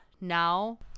now